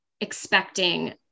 expecting